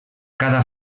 cada